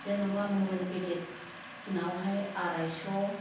जेन'बा मबेल गेदेद नावहाय आराइस'